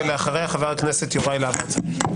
ואחריה חבר הכנסת יוראי להב הרצנו.